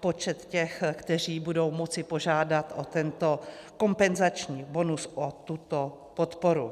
počet těch, kteří budou moci požádat o tento kompenzační bonus, o tuto podporu.